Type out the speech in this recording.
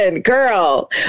girl